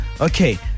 okay